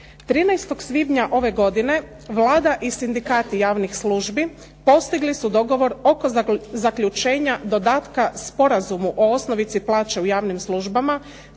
13. svibnja ove godine Vlada i sindikati javnih službi postigli su dogovor oko zaključenja dodatka sporazumu o osnovici plaće u javnim službama